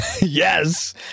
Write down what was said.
Yes